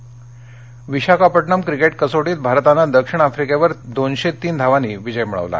cricket Visakhapatnam cricket कसोटीत भारतानं दक्षिण आफ्रिकेवर दोनशे तीन धावांनी विजय मिळवला